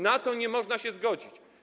Na to nie można się zgodzić.